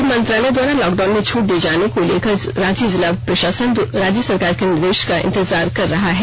गृह मंत्रालय द्वारा लॉक डाउन में छूट दिए जाने को लेकर रांची जिला प्रशासन राज्य सरकार के निर्देश का इंतजार कर रहा है